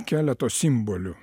keleto simbolių